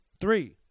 Three